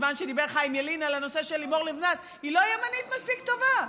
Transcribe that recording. בזמן שדיבר חיים ילין על הנושא של לימור לבנת: היא לא ימנית מספיק טובה.